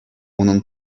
унӑн